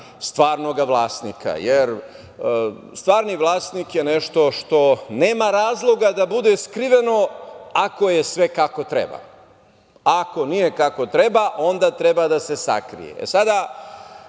stvarnog vlasnika. Stvarni vlasnik je nešto što nema razloga da bude skriveno ako je sve kako treba, a ako nije kako treba onda treba da se sakrije.